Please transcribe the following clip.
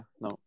no